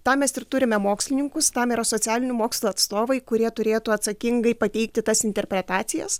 tam mes ir turime mokslininkus tam yra socialinių mokslų atstovai kurie turėtų atsakingai pateikti tas interpretacijas